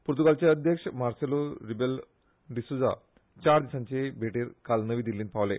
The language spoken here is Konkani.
पूर्त्गालचे अध्यक्ष मार्सेलो रिबेलो डिसोझा चार दिसांचे भेटेर काल नवी दिल्लींत पावले